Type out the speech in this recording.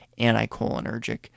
anticholinergic